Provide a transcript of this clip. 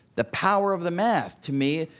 the power of the math, to me,